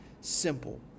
simple